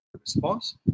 response